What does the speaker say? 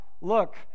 Look